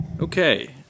Okay